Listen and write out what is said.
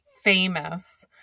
famous